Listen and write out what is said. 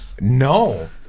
No